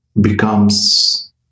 becomes